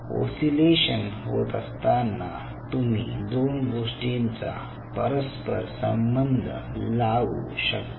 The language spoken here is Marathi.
ओसीलेशन होत असताना तुम्ही दोन गोष्टींचा परस्पर संबंध लावू शकता